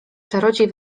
czarodziej